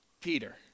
Peter